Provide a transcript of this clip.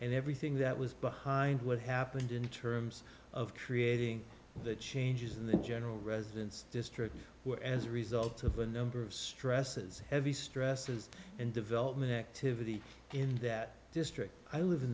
and everything that was behind what happened in terms of creating the changes in the general residence district were as a result of a number of stresses heavy stresses and development activity in that district i live in